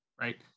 Right